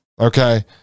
okay